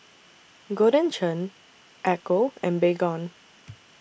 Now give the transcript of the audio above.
Golden Churn Ecco and Baygon